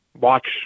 watch